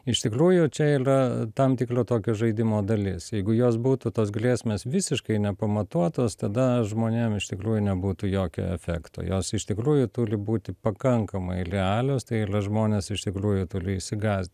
iš tikrųjų čia ylia tam tiklio tokio žaidimo dalis jeigu jos būtų tos grėsmės visiškai nepamatuotos tada žmonėm iš tikrųjų nebūtų jokio efekto jos iš tikrųjų tuli būti pakankamai realios tai ylia žmonės iš tikrųjų tuli išsigąs